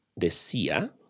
decía